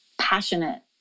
passionate